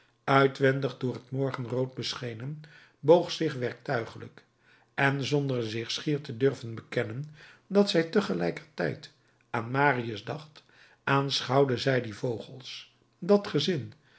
uitwendig door het morgenrood beschenen boog zich werktuiglijk en zonder zich schier te durven bekennen dat zij tegelijkertijd aan marius dacht aanschouwde zij die vogels dat gezin